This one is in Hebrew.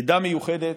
עדה מיוחדת,